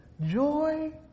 joy